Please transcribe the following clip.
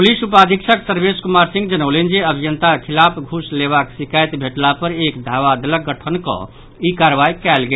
police उपाधीक्षक सर्वेश कुमार सिंह जनौलनि जे अभियंताक खिलाफ घूस लेबाक शिकायत भेटला पर एक धावा दलक गठन कऽ ई कार्रवाई कयल गेल